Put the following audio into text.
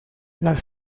las